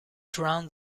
drown